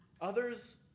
Others